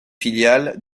filiale